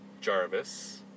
Jarvis